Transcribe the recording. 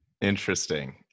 Interesting